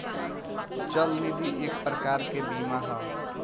चल निधि एक प्रकार के बीमा ह